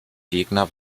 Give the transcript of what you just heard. gegner